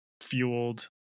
fueled